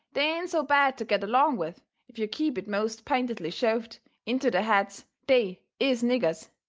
they ain't so bad to get along with if you keep it most pintedly shoved into their heads they is niggers.